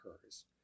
occurs